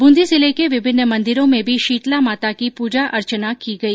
बूंदी जिले के विभिन्न मन्दिरों में भी शीतला माता की पूजा अर्चना की गई